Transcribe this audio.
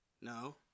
No